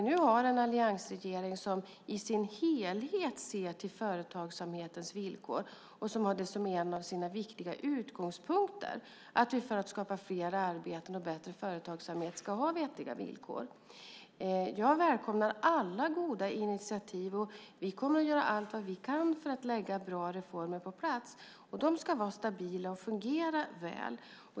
Nu har vi en alliansregering som i sin helhet ser till företagsamhetens villkor och som har det som en av sina viktiga utgångspunkter att vi för att skapa fler arbeten och bättre företagsamhet ska ha vettiga villkor. Jag välkomnar alla goda initiativ. Vi kommer att göra allt vad vi kan för att lägga bra reformer på plats. De ska vara stabila och fungera väl.